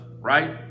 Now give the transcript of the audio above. right